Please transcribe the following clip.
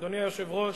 אדוני היושב-ראש,